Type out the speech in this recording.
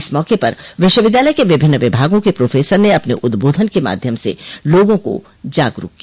इस मौक पर विश्वविद्यालय के विभिन्न विभागों के प्रोफेसर ने अपने उद्बोधन के माध्यम से लोगों को जागरूक किया